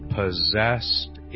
possessed